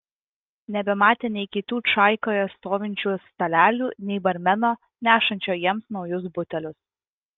nebematė nei kitų čaikoje stovinčių stalelių nei barmeno nešančio jiems naujus butelius